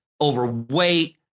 overweight